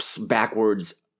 backwards